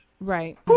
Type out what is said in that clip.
right